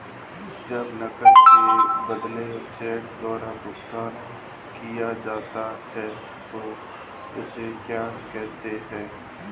जब नकद के बदले चेक द्वारा भुगतान किया जाता हैं उसे क्या कहते है?